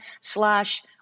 slash